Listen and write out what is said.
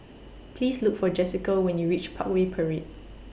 Please Look For Jessika when YOU REACH Parkway Parade